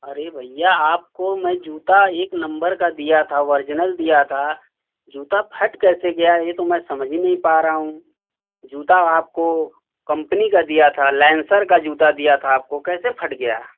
अरे भैया आपको मैं जूता एक नंबर का दिया था वरिजिनल दिया था जूता फट कैसे गया ये तो मैं समझ ही नहीं पा रहा हूँ जूता आपको कंपनी का दिया था लेंसर का जूता दिया था आपको कैसे फट गया